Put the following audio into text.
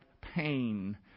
pain